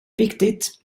viktigt